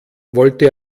wollte